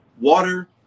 water